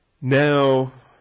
Now